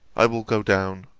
i will go down,